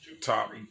top